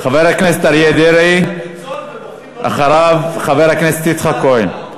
חבר הכנסת אריה דרעי, ואחריו, חבר הכנסת יצחק כהן.